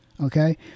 okay